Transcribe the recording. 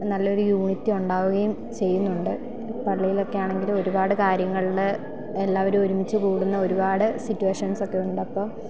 നല്ല ഒരു യൂണിറ്റി ഉണ്ടാവുകയും ചെയ്യുന്നുണ്ട് പള്ളിയിലൊക്കെ ആണെങ്കിൽ ഒരുപാട് കാര്യങ്ങളിൽ എല്ലാവരും ഒരുമിച്ചു കൂടുന്ന ഒരുപാട് സിറ്റുവേഷൻസൊക്കെ ഉണ്ട് അപ്പം